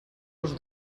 els